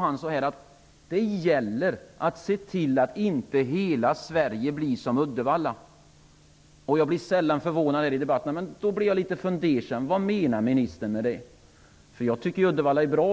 Han sade att det gäller att se till att inte hela Sverige blir som Uddevalla. Jag blir sällan förvånad i debatterna, men då blev jag litet fundersam. Vad menade ministern med det? Jag tycker nämligen att Uddevalla är bra.